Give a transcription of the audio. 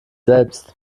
selbst